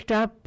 up